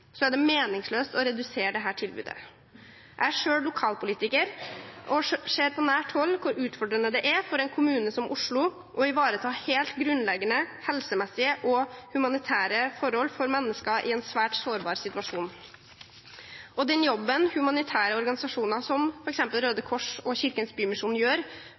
er det meningsløst å redusere dette tilbudet. Jeg er selv lokalpolitiker og ser på nært hold hvor utfordrende det er for en kommune som Oslo å ivareta helt grunnleggende helsemessige og humanitære forhold for mennesker i en svært sårbar situasjon. Den jobben humanitære organisasjoner som f.eks. Røde Kors og Kirkens Bymisjon gjør